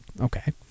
Okay